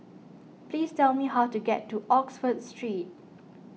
please tell me how to get to Oxford Street